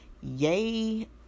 yay